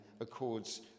accords